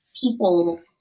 people